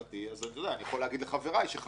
אני יכול לומר לחבריי שחבל על הסיכון,